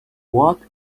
watt